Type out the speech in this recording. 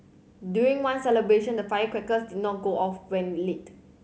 during one celebration the firecrackers did not go off when lit